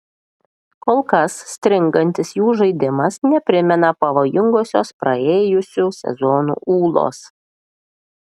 kol kas stringantis jų žaidimas neprimena pavojingosios praėjusių sezonų ūlos